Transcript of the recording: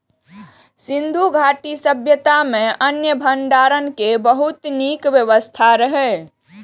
सिंधु घाटी सभ्यता मे अन्न भंडारण के बहुत नीक व्यवस्था रहै